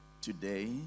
today